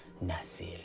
Nasir